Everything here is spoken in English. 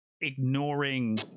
ignoring